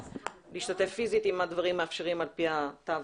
להשתתף פיזית אם הדברים מאפשרים על פי התו.